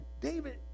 David